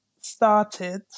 started